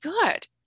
good